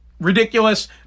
Ridiculous